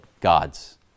God's